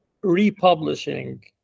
republishing